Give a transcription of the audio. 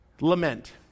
Lament